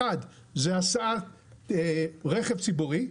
הפרויקט הראשון הוא הסעת רכב ציבורי,